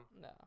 No